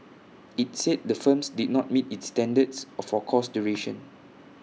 IT said the firms did not meet its standards or for course duration